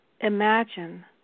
imagine